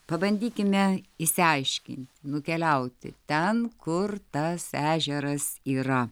pabandykime išsiaiškinti nukeliauti ten kur tas ežeras yra